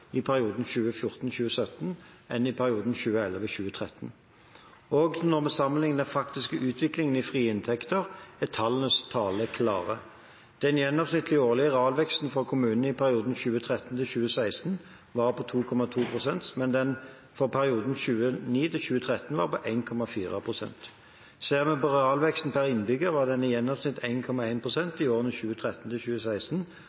i perioden 2014–2017 enn i perioden 2011–2013. Også når vi sammenligner den faktiske utviklingen i frie inntekter, er tallenes tale klar. Den gjennomsnittlige årlige realveksten for kommunene i perioden 2013–2016 var 2,2 pst., mens den for perioden 2009–2013 var 1,4 pst. Ser vi på realveksten per innbygger, var den i gjennomsnitt